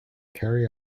carry